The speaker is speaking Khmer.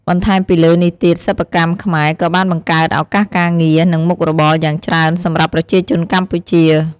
បន្ថែមពីលើនេះទៀត សិប្បកម្មខ្មែរក៏បានបង្កើតឱកាសការងារ និងមុខរបរយ៉ាងច្រើនសម្រាប់ប្រជាជនកម្ពុជា។